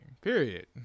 Period